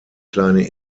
kleine